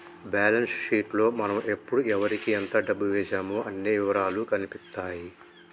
balance sheet లో మనం ఎప్పుడు ఎవరికీ ఎంత డబ్బు వేశామో అన్ని ఇవరాలూ కనిపిత్తాయి